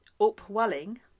Upwelling